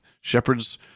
Shepherds